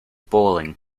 bowling